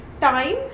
time